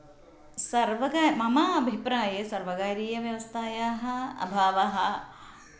सर्वकारः मम अभिप्राये सर्वकारीयव्यवस्थायाः अभावः